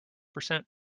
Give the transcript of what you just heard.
percent